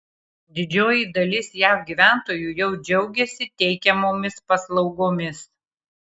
didžioji dalis jav gyventojų jau džiaugiasi teikiamomis paslaugomis